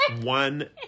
one